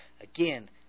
again